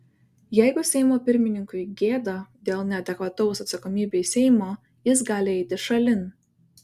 jeigu seimo pirmininkui gėda dėl neadekvataus atsakomybei seimo jis gali eiti šalin